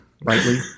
rightly